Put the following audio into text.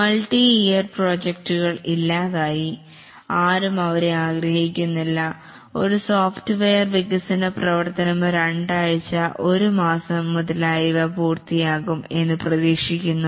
multi year പ്രോജക്ടുകൾ ഇല്ലാതായി ആരും അവരെ ആഗ്രഹിക്കുന്നില്ല ഒരു സോഫ്റ്റ്വെയർ വികസന പ്രവർത്തനം രണ്ടാഴ്ച ഒരുമാസം മുതലായവ പൂർത്തിയാകും എന്ന് പ്രതീക്ഷിക്കുന്നു